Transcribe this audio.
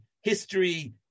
history